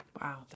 Wow